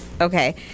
Okay